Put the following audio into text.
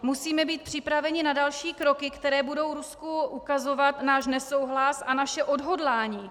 Musíme být připraveni na další kroky, které budou Rusku ukazovat náš nesouhlas a naše odhodlání.